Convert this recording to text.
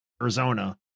Arizona